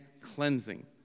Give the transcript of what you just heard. cleansing